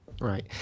right